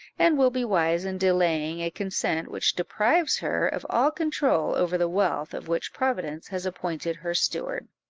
and will be wise in delaying a consent which deprives her of all control over the wealth of which providence has appointed her steward.